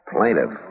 Plaintiff